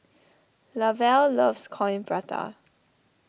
Lavelle loves Coin Prata